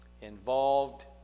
involved